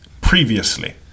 previously